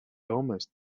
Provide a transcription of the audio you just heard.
almost